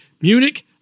Munich